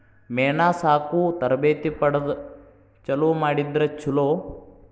ಮೇನಾ ಸಾಕು ತರಬೇತಿ ಪಡದ ಚಲುವ ಮಾಡಿದ್ರ ಚುಲೊ